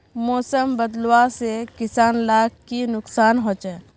मौसम बदलाव से किसान लाक की नुकसान होचे?